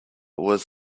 was